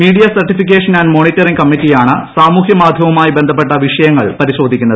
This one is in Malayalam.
മീഡിയ സർട്ടിഫിക്കേഷൻ ആന്റ് മോണിറ്ററിംഗ് കമ്മിറ്റിയാണ് സാമൂഹ്യമാധ്യമവുമായി ബന്ധപ്പെട്ട വിഷയങ്ങൾ പരിശോധിക്കുന്നത്